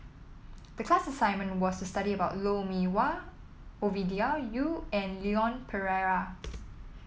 the class assignment was studied about Lou Mee Wah Ovidia Yu and Leon Perera